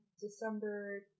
December